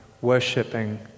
worshipping